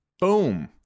Boom